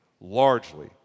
largely